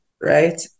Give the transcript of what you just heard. right